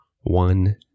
one